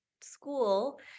school